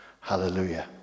Hallelujah